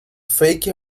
fake